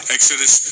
Exodus